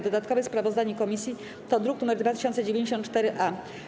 Dodatkowe sprawozdanie komisji to druk nr 2094-A.